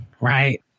right